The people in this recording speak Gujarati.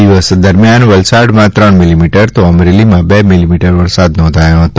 દિવસ દરમિયાન વલસાડમાં ત્રણ મીલીમીટર તો અમરેલીમાં બે મીલીમીટર વરસાદ નોંધાયો હતો